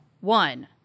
one